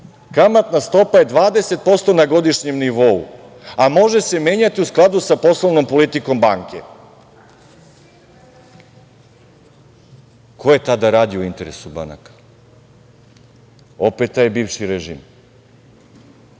kamatna stopa je 20% na godišnjem nivou, a može se menjati u skladu sa poslovnom politikom banke. Ko je tada radio u interesu banaka? Opet taj bivši režim.